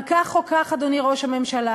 אבל כך או כך, אדוני ראש הממשלה,